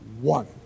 one